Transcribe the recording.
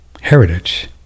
heritage